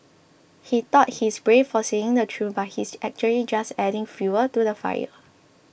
he thought he's brave for saying the truth but he's actually just adding fuel to the fire